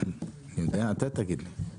אתה תגיד לי.